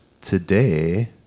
Today